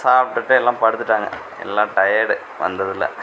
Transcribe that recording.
சாப்பிட்டுட்டு எல்லாம் படுத்துவிட்டாங்க எல்லாம் டையடு வந்ததில்